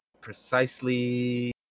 precisely